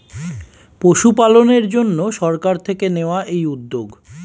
পশুপালনের জন্যে সরকার থেকে নেওয়া এই উদ্যোগ